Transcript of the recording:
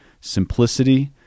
simplicity